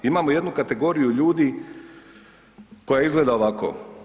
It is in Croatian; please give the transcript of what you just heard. Imamo jednu kategoriju ljudi koja izgleda ovako.